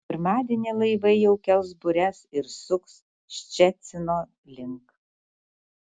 pirmadienį laivai jau kels bures ir suks ščecino link